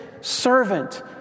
servant